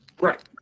Right